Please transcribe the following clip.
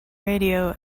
radio